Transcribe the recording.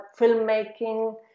filmmaking